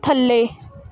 ਥੱਲੇ